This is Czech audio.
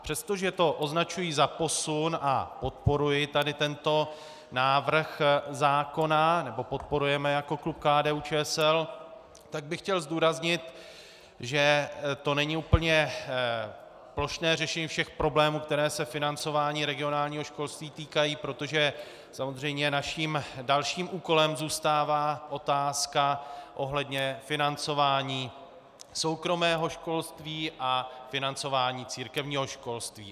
Přestože to ale označuji za posun a podporuji tady tento návrh zákona, nebo podporujeme jako klub KDUČSL, tak bych chtěl zdůraznit, že to není úplně plošné řešení všech problémů, které se financování regionálního školství týkají, protože samozřejmě naším dalším úkolem zůstává otázka ohledně financování soukromého školství a financování církevního školství.